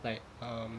like um